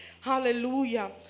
Hallelujah